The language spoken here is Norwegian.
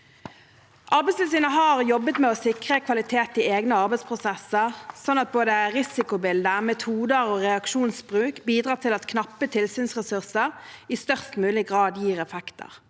Arbeidstilsynet har jobbet med å sikre kvalitet i egne arbeidsprosesser slik at både risikobildet, metoder og reaksjonsbruk bidrar til at knappe tilsynsressurser i størst mulig grad gir effekter